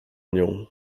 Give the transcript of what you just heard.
nią